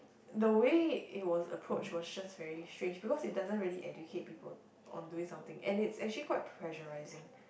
the way it was approach was just very strange cause it doesn't really educate people on doing something and it's actually quite pressurising